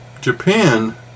Japan